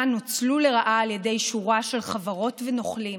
נוצלו לרעה על ידי שורה של חברות ונוכלים